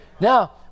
Now